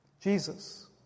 Jesus